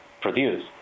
produce